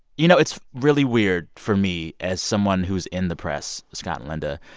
you know, it's really weird for me as someone who is in the press, scott and linda,